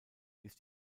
ist